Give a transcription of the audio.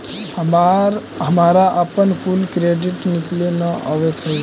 हमारा अपन कुल क्रेडिट निकले न अवित हई